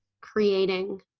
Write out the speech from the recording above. creating